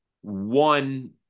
one